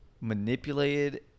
manipulated